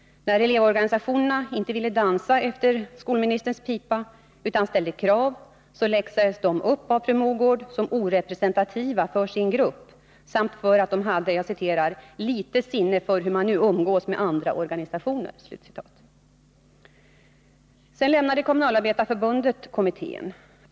När elevorganisationerna inte ville dansa efter skolministerns pipa utan ställde krav, läxades de upp av Britt Mogård och sades vara orepresentativa för sin grupp. De hade, menade hon, ”lite sinne för hur man umgås med andra organisationer”. Sedan lämnade Kommunalarbetareförbundet kommittén.